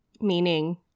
Meaning